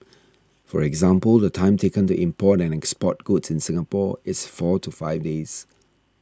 for example the time taken to import and export goods in Singapore is four to five days